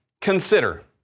consider